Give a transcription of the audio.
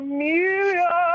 Amelia